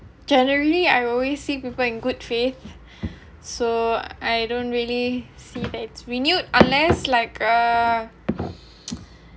generally I always see people in good faith so I don't really see bad renewed unless like uh